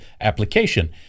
application